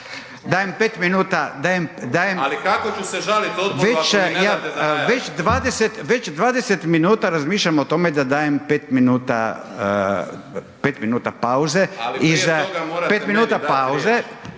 Dajem 5 minuta. Već 20 minuta razmišljam o tome da dajem 5 minuta pauze